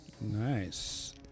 Nice